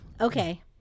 okay